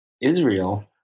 Israel